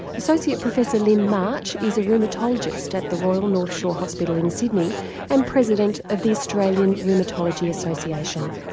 associate professor lyn march is a rheumatologist at the royal north shore hospital in sydney and president of the australian rheumatology association.